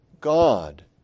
God